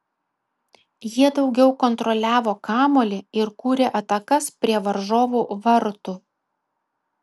jie daugiau kontroliavo kamuolį ir kūrė atakas prie varžovų vartų